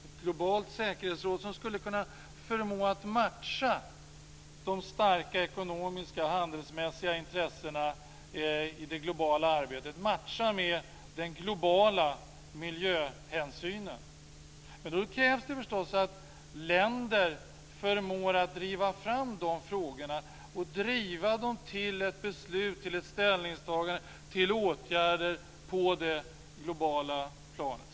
Ett globalt säkerhetsråd skulle förmå att matcha de starka ekonomiska, handelsmässiga intressena i det globala arbetet med den globala miljöhänsynen. Men då krävs det förstås att länder förmår att driva fram de frågorna, driva dem till ett beslut, till ett ställningstagande och till åtgärder på det globala planet.